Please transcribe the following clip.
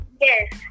Yes